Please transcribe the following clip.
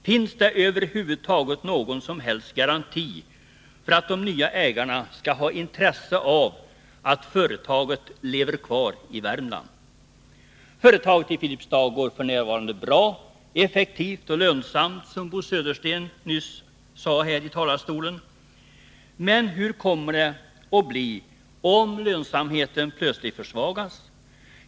Finns det över huvud taget någon som helst garanti för att de nya ägarna skall ha intresse av att företaget lever kvar i Värmland? Företaget i Filipstad går f. n. bra — det är effektivt och lönsamt, som Bo Södersten nyss sade här i talarstolen — men hur kommer det att bli om lönsamheten plötsligt försvagas?